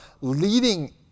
leading